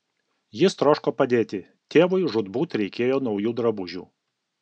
jis troško padėti tėvui žūtbūt reikėjo naujų drabužių